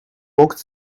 walked